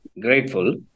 grateful